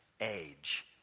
age